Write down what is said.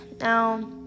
Now